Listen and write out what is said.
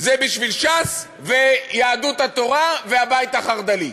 זה בשביל ש"ס ויהדות התורה והבית החרד"לי.